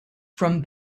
from